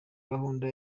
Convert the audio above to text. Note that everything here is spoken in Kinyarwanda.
gahunda